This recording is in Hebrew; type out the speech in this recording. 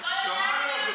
חבר הכנסת